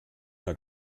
mehr